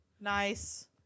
Nice